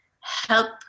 help